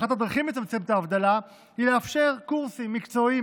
אחת הדרכים לצמצם את האבטלה היא לאפשר קורסים מקצועיים,